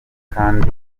kandi